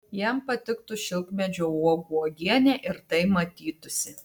jam patiktų šilkmedžio uogų uogienė ir tai matytųsi